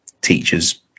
teachers